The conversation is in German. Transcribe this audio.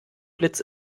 blitz